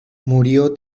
murió